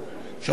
שלוש דקות.